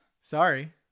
Sorry